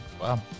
Wow